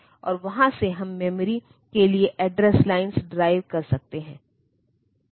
तो system bus यह उन सभी वायर्स से मिलकर बनता है जो एड्रेस बस डेटा बस और कण्ट्रोल बस का गठन करते हैं